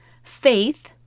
Faith